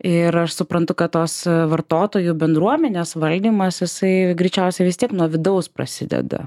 ir aš suprantu kad tos vartotojų bendruomenės valdymas jisai greičiausiai vis tiek nuo vidaus prasideda